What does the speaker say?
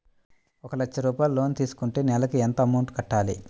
ఒక లక్ష రూపాయిలు లోన్ తీసుకుంటే నెలకి ఎంత అమౌంట్ కట్టాలి?